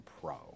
Pro